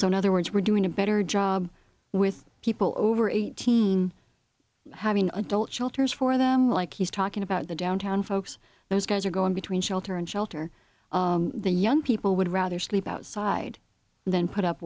so in other words we're doing a better job with people over eighteen having adult shelters for them like he's talking about the downtown folks those guys are going between shelter and shelter the young people would rather sleep outside than put up